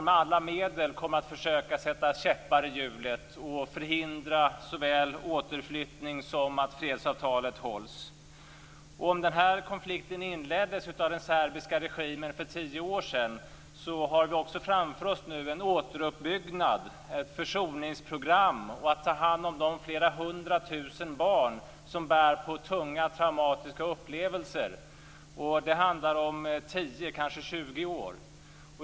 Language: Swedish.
Med alla medel kommer man att försöka sätta käppar i hjulet och förhindra såväl återflyttning som att fredsavtalet hålls. Den här konflikten inleddes av den serbiska regimen för tio år sedan, och vi har framför oss ett återuppbyggnadsarbete och ett försoningsprogram. Det handlar också om att ta hand om de flera hundratusen barn som bär på tunga traumatiska upplevelser. Det handlar om en period på 10 eller kanske 20 år.